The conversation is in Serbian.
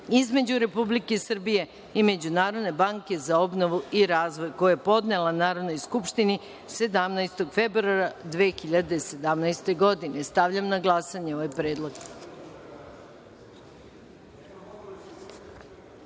između Republike Srbije i Međunarodne banke za obnovu i razvoju, koji je podnela Narodnoj skupštini 17. februara 2017. godine. Stavljam na glasanje ovaj predlog. Molim